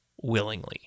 willingly